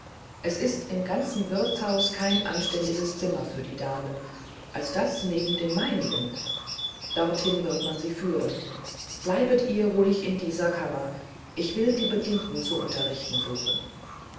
es ist im ganzen wirtshaus kein anständiges zimmer für die damen als das neben dem meinigen dorthin wird man sie führen bleibet ihr ruhig in dieser kammer ich will die bedienten zu unterrichten suchen